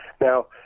Now